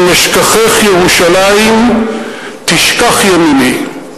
"אם אשכחך ירושלים תשכח ימיני,